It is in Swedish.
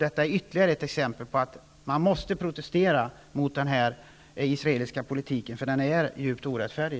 Detta är ytterligare ett exempel på att man måste protestera mot den här israeliska politiken. Den är djupt orättfärdig.